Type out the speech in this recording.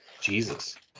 jesus